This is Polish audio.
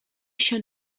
się